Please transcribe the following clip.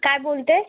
काय बोलते